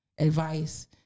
advice